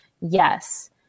Yes